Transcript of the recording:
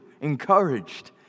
encouraged